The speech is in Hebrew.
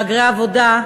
מהגרי עבודה,